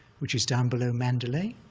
which is down below mandalay,